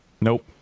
Nope